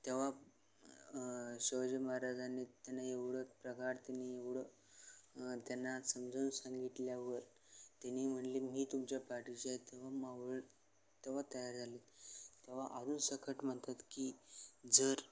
तेव्हा शिवजीय महाराजांनी त्यांना एवढं प्रकार त्यांनी एवढं त्यांना समजून सांगितल्यावर त्यांनी म्हणले मी तुमच्या पार्टीचे तेव्हा मावळ तेव्हा तयार झाले तेव्हा अजून सखट म्हणतात की जर